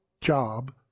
job